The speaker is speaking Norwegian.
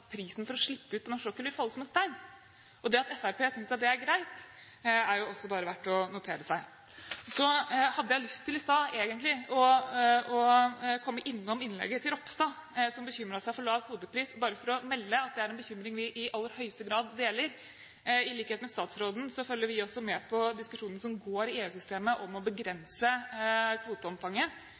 prisen for å slippe ut på norsk sokkel vil falle som en stein. At Fremskrittspartiet synes at det er greit, er jo også bare verdt å notere seg. Så hadde jeg i stad egentlig lyst til å komme innom innlegget der Ropstad bekymret seg for lav kvotepris, bare for å melde at det er en bekymring vi i aller høyeste grad deler. I likhet med statsråden følger vi også med på diskusjonen som går i EU-systemet om å begrense kvoteomfanget.